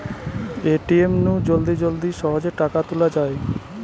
ATM নু জলদি জলদি সহজে টাকা তুলা যায়